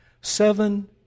Seven